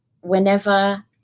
whenever